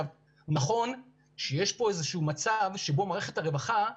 נכון שיש פה איזשהו מצב שבו מערכת הרווחה,